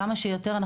כמה שיותר,